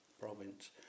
province